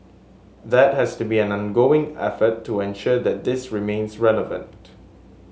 that has to be an ongoing effort to ensure that this remains relevant